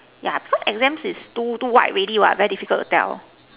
yeah because exams is too too wide already what very difficult to tell